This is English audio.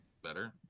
Better